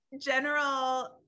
general